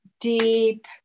deep